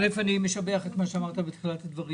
אני משבח את מה שאמרת בתחילת הדברים,